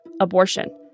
abortion